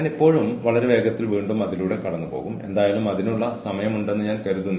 എന്നിരുന്നാലും ഈ പ്രകടന വിലയിരുത്തലുകൾക്ക് ജീവനക്കാരുടെ പെരുമാറ്റം അളക്കാൻ കഴിയണം